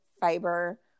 fiber